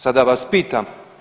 Sada vas pitam.